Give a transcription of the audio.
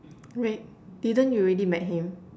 wait didn't you already met him